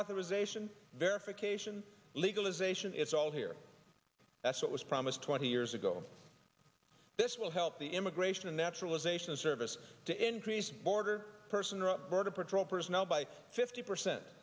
authorization verification legalization it's all here that's what was promised twenty years ago this will help the immigration and naturalization service to increase border person or border patrol personnel by fifty percent